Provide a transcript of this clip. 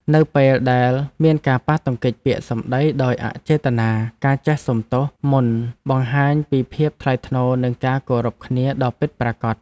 នៅពេលដែលមានការប៉ះទង្គិចពាក្យសម្តីដោយអចេតនាការចេះសុំទោសមុនបង្ហាញពីភាពថ្លៃថ្នូរនិងការគោរពគ្នាដ៏ពិតប្រាកដ។